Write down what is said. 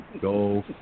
Go